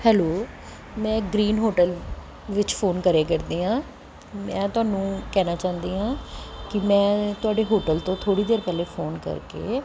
hello ਮੈਂ green hotel ਵਿੱਚ phone ਕਰਿਆ ਕਰਦੀ ਹਾਂ ਮੈਂ ਤਹਾਨੂੰ ਕਹਿਣਾ ਚਾਹੁੰਦੀ ਹਾਂ ਕਿ ਮੈਂ ਤੁਹਾਡੇ ਹੋਟਲ ਤੋਂ ਥੋੜ੍ਹੀ ਦੇਰ ਪਹਿਲਾਂ ਫੋਨ ਕਰਕੇ